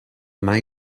mai